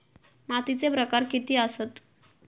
मातीचे प्रकार किती आसत?